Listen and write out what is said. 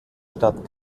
stadt